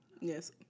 Yes